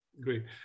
Great